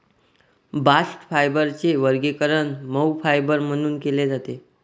bast फायबरचे वर्गीकरण मऊ फायबर म्हणून केले जाते